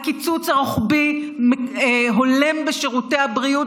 הקיצוץ הרוחבי הולם בשירותי הבריאות